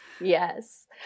Yes